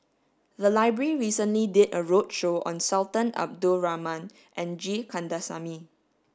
the library recently did a roadshow on Sultan Abdul Rahman and G Kandasamy